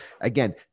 Again